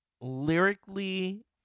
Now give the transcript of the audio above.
lyrically